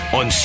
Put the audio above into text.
on